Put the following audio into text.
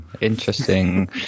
Interesting